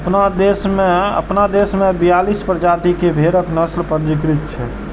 अपना देश मे बियालीस प्रजाति के भेड़क नस्ल पंजीकृत छै